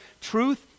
truth